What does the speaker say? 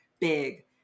big